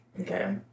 Okay